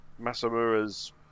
Masamura's